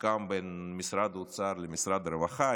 המוסכם בין משרד האוצר למשרד הרווחה,